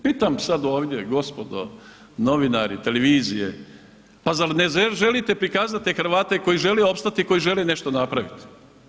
Pitam sad ovdje gospodo novinari, televizije, pa zar ne želite prikazati te Hrvate koji žele opstati, koji žele nešto napraviti?